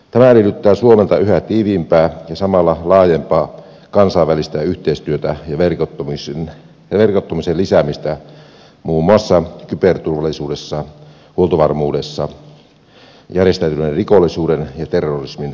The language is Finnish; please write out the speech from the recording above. tämä edellyttää suomelta yhä tiiviimpää ja samalla laajempaa kansainvälistä yhteistyötä ja verkottumisen lisäämistä muun muassa kyberturvallisuudessa huoltovarmuudessa järjestäytyneen rikollisuuden ja terrorismin vastaisessa toiminnassa